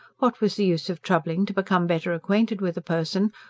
what was the use of troubling to become better acquainted with a person,